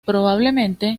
probablemente